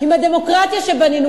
עם הדמוקרטיה שבנינו.